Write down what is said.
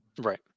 Right